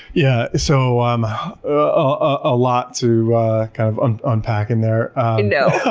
yeah so um ah a lot to kind of um unpack in there. i know.